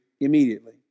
immediately